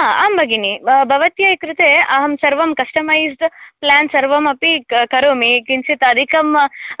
आम् भगिनी भवत्यै कृते अहं सर्वं कास्टमैज्ड् प्लान् सर्वम् अपि करोमि किञ्चिद् अधिकम्